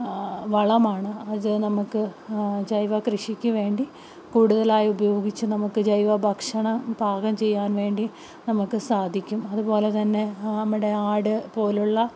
വളമാണ് അത് നമുക്ക് ജൈവ കൃഷിക്ക് വേണ്ടി കൂടുതലായി ഉപയോഗിച്ച് നമുക്ക് ജൈവ ഭക്ഷണം പാകം ചെയ്യാൻ വേണ്ടി നമുക്ക് സാധിക്കും അതുപോലെ തന്നെ നമ്മുടെ ആട് പോലുള്ള